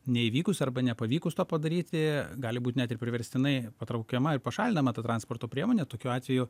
neįvykus arba nepavykus to padaryti gali būt net ir priverstinai patraukiama ir pašalinama ta transporto priemonė tokiu atveju